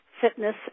Fitness